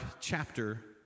chapter